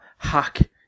Hack